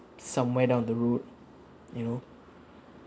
somewhere down the road you know